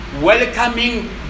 welcoming